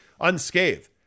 unscathed